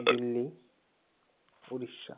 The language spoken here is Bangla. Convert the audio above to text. দিল্লি উড়িষ্যা